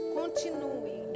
continue